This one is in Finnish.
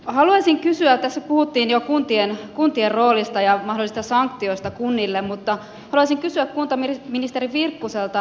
haluaisin kysyä tässä puhuttiin jo kuntien roolista ja mahdollisista sanktioista kunnille kuntaministeri virkkuselta